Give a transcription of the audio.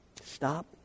Stop